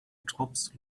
drops